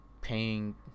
paying